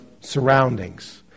surroundings